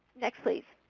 next please.